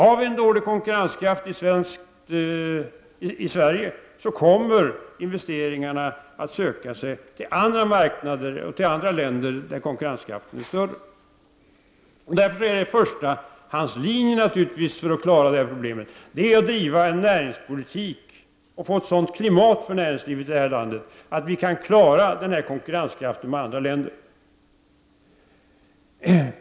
Om vi har dålig konkurrenskraft i Sverige, så kommer investeringarna att söka sig till andra länder vars industris konkurrenskraft är större. Därför är vår handlingslinje i första hand naturligtvis att bedriva en näringspolitik och skapa ett sådant klimat för näringslivet i det här landet att vi kan klara oss i konkurrensen med andra länder.